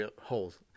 holes